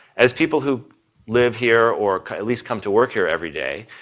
as people who live here or at least come to work here everyday,